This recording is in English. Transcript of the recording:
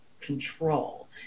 control